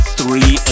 three